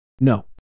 no